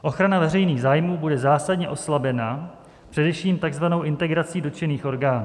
Ochrana veřejných zájmů bude zásadně oslabena především takzvanou integrací dotčených orgánů.